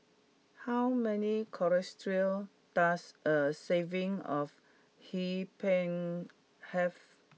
how many colo does a serving of Hee Pan have